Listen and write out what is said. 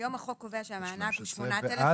היום החוק קובע שהמענק הוא 8,000,